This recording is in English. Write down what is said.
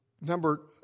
number